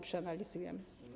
Przeanalizujemy.